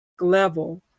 level